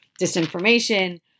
disinformation